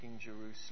Jerusalem